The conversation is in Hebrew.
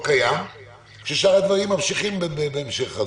כששאר הדברים ממשיכים בהמשך הזה.